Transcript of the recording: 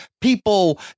people